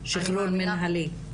שחרור מינהלי?